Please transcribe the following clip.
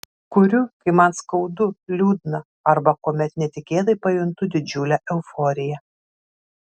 kuriu kai man skaudu liūdna arba kuomet netikėtai pajuntu didžiulę euforiją